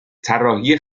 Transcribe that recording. طراحی